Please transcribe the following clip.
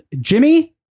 Jimmy